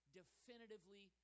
definitively